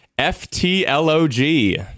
F-T-L-O-G